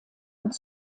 und